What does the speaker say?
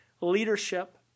leadership